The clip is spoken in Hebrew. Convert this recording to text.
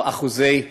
לא אחוזי